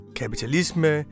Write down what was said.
kapitalisme